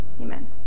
Amen